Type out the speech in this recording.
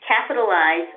capitalize